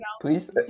please